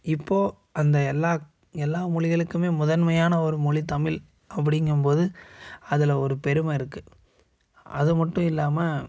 இப்போது அந்த எல்லா எல்லா மொழிகளுக்குமே முதன்மையான ஒரு மொழி தமிழ் அப்படிங்கும்போது அதில் ஒரு பெருமை இருக்குது அதுமட்டும் இல்லாமல்